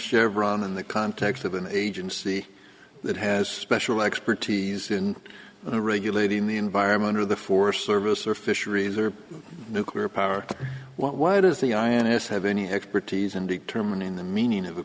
chevron in the context of an agency that has special expertise in regulating the environment or the forest service or fisheries or nuclear power why does the ins have any expertise in determining the meaning of